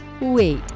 Wait